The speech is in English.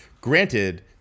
Granted